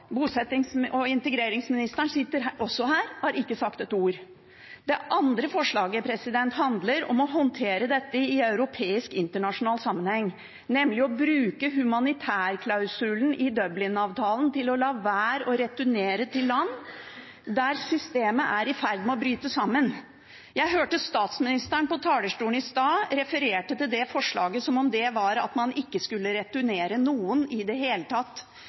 bosettings- og integreringsministeren sitter også her og har ikke sagt et ord. Det andre forslaget handler om å håndtere dette i europeisk internasjonal sammenheng, nemlig å bruke humanitærklausulen i Dublin-avtalen til å la være å returnere til land der systemet er i ferd med å bryte sammen. Jeg hørte statsministeren på talerstolen i stad referere til det forslaget som om det var at man ikke skulle returnere noen i det hele tatt.